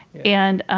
and